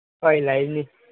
ꯍꯣꯏ ꯂꯩꯅꯤ